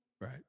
Right